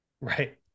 Right